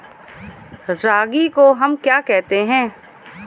रागी को हम क्या कहते हैं?